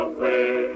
Away